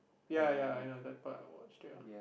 ya ya I know that part I watched ya